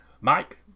Mike